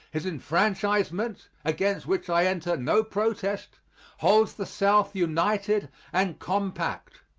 his enfranchisement against which i enter no protest holds the south united and compact.